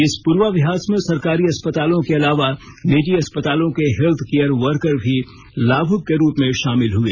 इस पूर्वाभ्यास में सरकारी अस्पतालों के अलावा निजी अस्पतालों के हेल्थ केयर वर्कर भी लाभुक के रूप में शामिल हुए